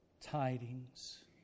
tidings